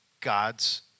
God's